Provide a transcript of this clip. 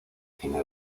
cine